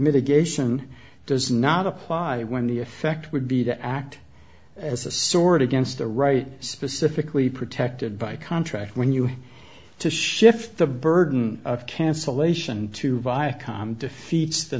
mitigation does not apply when the effect would be to act as a sword against the right specifically protected by contract when you to shift the burden of cancellation to viacom defeats the